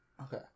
Okay